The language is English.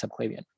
subclavian